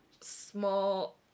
small